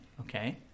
Okay